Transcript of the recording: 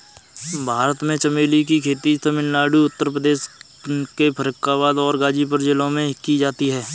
भारत में चमेली की खेती तमिलनाडु उत्तर प्रदेश के फर्रुखाबाद और गाजीपुर जिलों में की जाती है